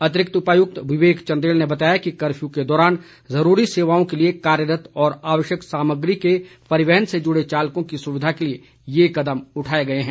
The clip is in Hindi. अतिरिक्त उपायुक्त विवेक चंदेल ने बताया कि कफ्यू के दौरान जरूरी सेवाओं के लिए कार्यरत और आवश्यक सामग्री के परिवहन से जुड़े चालकों की सुविधा के लिए ये कदम उठाए गए हैं